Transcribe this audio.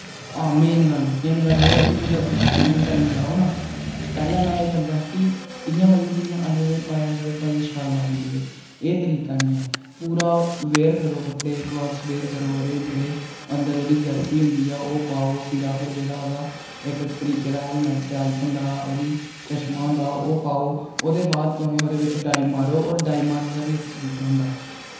आं मेन गल्ल मेन गल्ल एह् ऐ जोल्लै तुस स्विमिंग करन जाओ ना ते पैह्लें में एह् करदा हा कि इ'यां मतलब कि जि'यां अंडरवियर पाया अंडरवियर पाइयै छाल मारी ओड़ी बिच एह् तरीका निं ऐ पूरा वियर करो कपड़े क्लॉथ्स वियर करो ओह्दे जेह्ड़े अन्दर ओह्दी जर्सी होंदी ऐ ओह् पाओ सिरा पर जेह्ड़ा ओह्दा इक तरीका दा हेलमेट होंदा ओह्दी चश्मा होंदा ओह् पाओ ओह्दे बाद तुसें ओह्दे बिच डाई मारो होर डाई मारने दा बी इक तरीका होंदा